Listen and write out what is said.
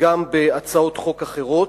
גם בהצעות חוק אחרות.